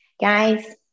Guys